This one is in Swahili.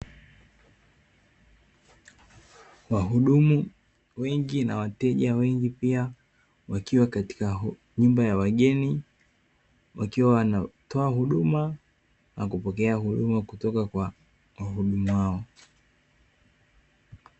Wahudumu wengi na wateja wengi pia, wakiwa katika nyumba ya wageni, wakiwa wanatoa huduma na kupokea huduma kutoka kwa wahudumu hao.